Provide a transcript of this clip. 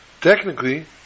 Technically